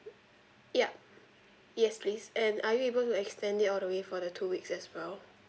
yup yes please and are you able to extend it all the way for two weeks as well